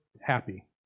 happy